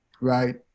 right